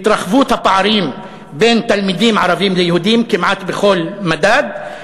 התרחבות הפערים בין תלמידים ערבים ליהודים כמעט בכל מדד,